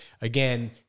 again